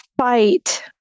fight